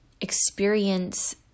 experience